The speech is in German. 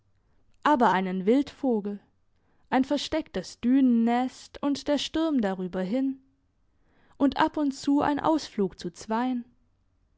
aber einen wildvogel ein verstecktes dünennest und der sturm darüber hin und ab und zu ein ausflug zu zweien